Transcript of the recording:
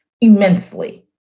immensely